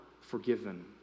forgiven